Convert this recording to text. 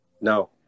No